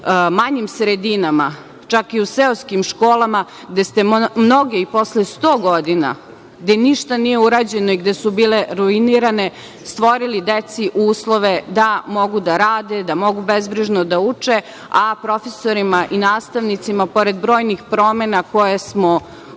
manjim sredinama, čak i u seoskim školama, gde su mnoge posle 100 godina, gde ništa nije urađeno i gde su bile ruinirane, stvorili deci uslove, da mogu da rade, da mogu bezbrižno da uče, a profesorima i nastavnicima, pored brojnih promena koje su usledile,